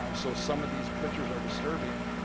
um so some of these pictures are disturbing.